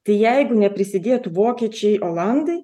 tai jeigu neprisidėtų vokiečiai olandai